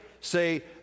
say